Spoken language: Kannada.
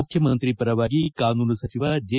ಮುಖ್ಯಮಂತ್ರಿ ಪರವಾಗಿ ಕಾನೂನು ಸಚಿವ ಜೆ